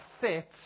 fit